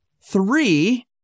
three